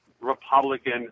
Republican